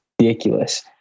ridiculous